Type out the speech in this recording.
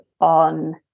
on